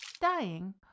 dying